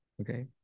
okay